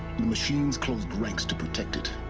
the machines closed ranks to protect it.